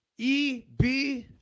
eb